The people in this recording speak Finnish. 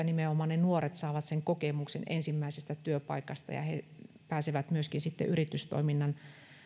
nimenomaan ne nuoret saavat sen kokemuksen ensimmäisestä työpaikasta ja pääsevät myöskin sitten